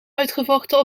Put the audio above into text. uitgevochten